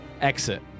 Exit